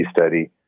study